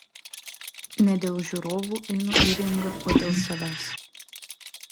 ne dėl žiūrovų einu į ringą o dėl savęs